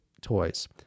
toys